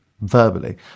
verbally